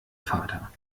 vater